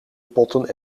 potten